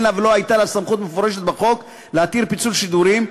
לה ולא הייתה לה סמכות מפורשת בחוק להתיר פיצול שידורים,